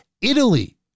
Italy